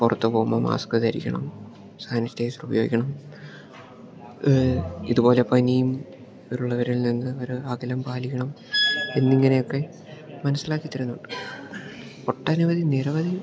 പുറത്ത് പോവുമ്പം മാസ്ക് ധരിക്കണം സാനിറ്റൈസർ ഉപയോഗിക്കണം ഇതുപോലെ പനിയും ഉള്ളവരിൽ നിന്ന് ഒര് അകലം പാലിക്കണം എന്നിങ്ങനെയൊക്കെ മനസ്സിലാക്കി തരുന്നുണ്ട് ഒട്ടനവധി നിരവധി